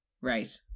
Right